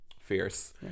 Fierce